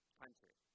country